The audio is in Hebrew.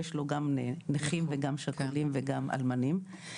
יש לו גם נכים וגם שכולים וגם אלמנים,